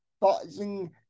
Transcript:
boxing